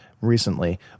recently